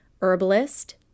herbalist